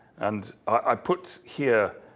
and i put here,